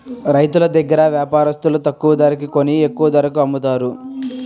రైతులు దగ్గర వ్యాపారస్తులు తక్కువ ధరకి కొని ఎక్కువ ధరకు అమ్ముతారు